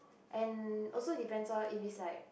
and also depends orh if is like